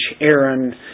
Aaron